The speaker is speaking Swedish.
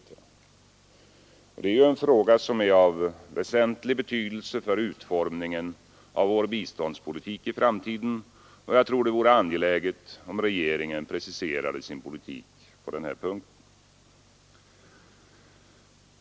Detta är ju en fråga som är av väsentlig betydelse för utformningen av vår biståndspolitik i framtiden, och jag tror att det vore angeläget om regeringen preciserade sin politik på den här punkten.